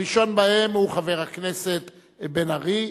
הראשון בהם הוא חבר הכנסת בן-ארי,